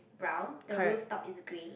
brown the rooftop is gray